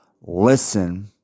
listen